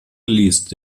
geleast